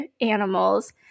animals